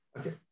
Okay